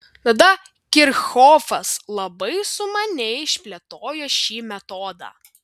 tada kirchhofas labai sumaniai išplėtojo šį metodą